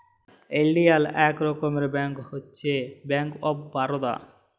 ইলডিয়াল ইক রকমের ব্যাংক হছে ব্যাংক অফ বারদা